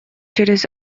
через